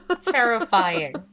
Terrifying